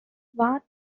war